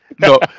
No